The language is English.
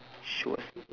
sure